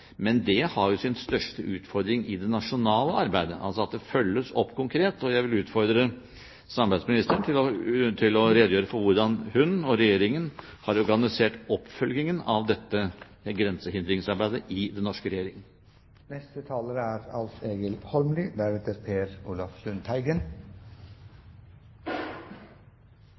Men det har jo sin største utfordring i det nasjonale arbeidet, altså at det følges opp konkret. Jeg vil utfordre samarbeidsministeren til å redegjøre for hvordan hun og Regjeringen har organisert oppfølgingen av dette grensehindringsarbeidet. Eg hadde gleda av å delta på sesjonen i